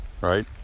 right